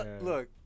look